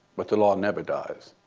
but the law never dies.